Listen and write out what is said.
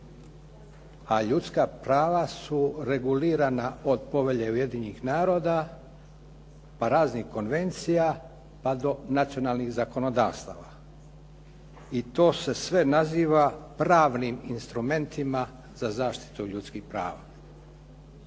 A ljudska prava su regulirana od Povelje Ujedinjenih naroda pa raznih konvencija, pa do nacionalnih zakonodavstava i to se sve naziva pravnim instrumentima za zaštitu ljudskih prava.